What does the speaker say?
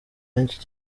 benshi